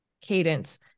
cadence